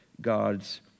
God's